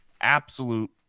absolute